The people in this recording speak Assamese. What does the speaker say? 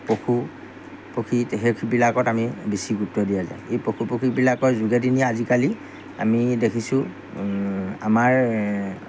পশু পক্ষী সেইবিলাকত আমি বেছি গুৰুত্ব দিয়া যায় এই পশু পক্ষীবিলাকৰ যোগেদি নি আজিকালি আমি দেখিছোঁ আমাৰ